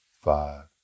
five